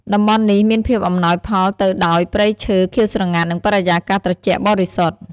តំបន់នេះមានភាពអំណោយផលទៅដោយព្រៃឈើខៀវស្រងាត់ និងបរិយាកាសត្រជាក់បរិសុទ្ធ។